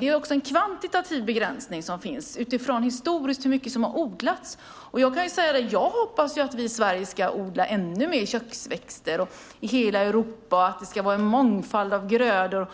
Dessutom finns det en kvantitativ begränsning utifrån hur mycket som historiskt odlats. Jag hoppas att vi i Sverige ännu mer kommer att odla köksväxter och att det gäller hela Europa samt att det finns en mångfald av grödor.